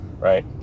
right